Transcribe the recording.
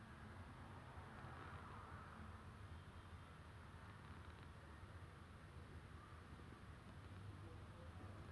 one eighty at least like if I reach one seven nine or one eighty I'm happy because I to do well in hurdles right you need to be able to